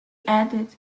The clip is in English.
added